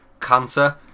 cancer